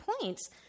points